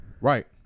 Right